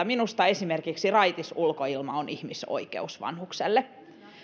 minusta esimerkiksi raitis ulkoilma on ihmisoikeus vanhukselle